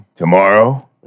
Tomorrow